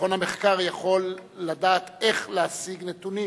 מכון המחקר יכול לדעת איך להשיג נתונים.